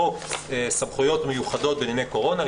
חוק סמכויות מיוחדות בענייני קורונה,